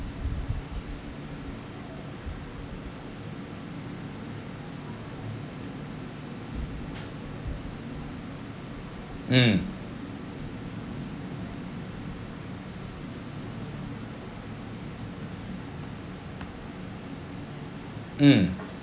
mm mm